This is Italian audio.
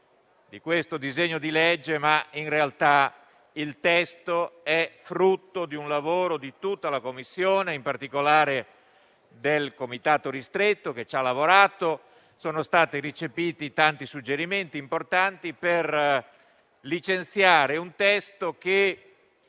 di questo disegno di legge, ma in realtà il testo è frutto del lavoro di tutta la Commissione, in particolare del comitato ristretto che ci ha lavorato e sono stati recepiti tanti suggerimenti importanti per licenziare un testo che